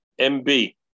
MB